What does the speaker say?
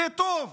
זה טוב,